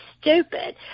stupid